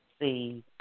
see